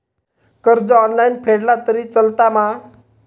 कर्ज ऑनलाइन फेडला तरी चलता मा?